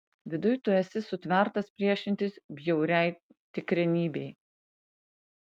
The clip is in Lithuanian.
viduj tu esi sutvertas priešintis bjauriai tikrenybei